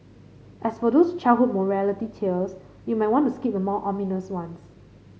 as for those childhood morality tales you might want to skip the more ominous ones